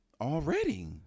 already